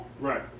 Right